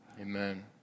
amen